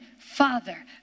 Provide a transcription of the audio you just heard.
Father